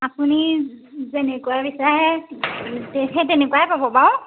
আপুনি যেনেকুৱা বিচাৰে সেই তেনেকুৱাই পাব বাৰু